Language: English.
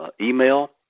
email